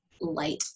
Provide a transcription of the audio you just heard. light